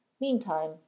meantime